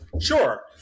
Sure